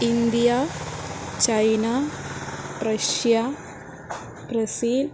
India China Russia Brazil